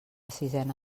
sisena